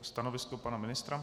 Stanovisko pana ministra?